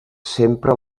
sempre